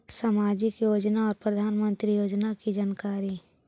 समाजिक योजना और प्रधानमंत्री योजना की जानकारी?